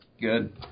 Good